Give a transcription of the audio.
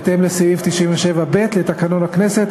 בהתאם לסעיף 97(ב) לתקנון הכנסת,